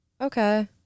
okay